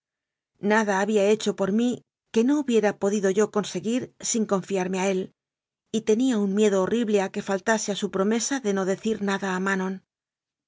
nada había hecho por mí que no hu biera podido yo conseguir sin confiarme a él y te nía un miedo horrible a que faltase a su promesa de no decir nada a manon